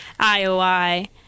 IOI